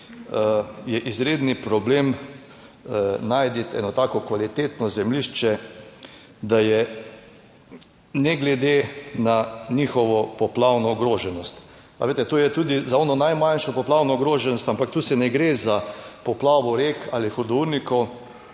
je izredni problem najti eno tako kvalitetno zemljišče, da je ne glede na njihovo poplavno ogroženost. A veste, to je tudi za ono najmanjšo poplavno ogroženost, ampak tu se ne gre za poplavo rek ali hudournikov,